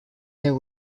there